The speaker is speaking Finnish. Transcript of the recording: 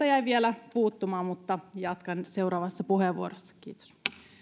jäi vielä puuttumaan mutta jatkan seuraavassa puheenvuorossa kiitos